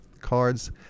cards